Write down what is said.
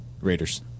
Raiders